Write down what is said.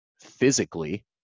physically